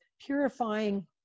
purifying